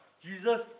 Jesus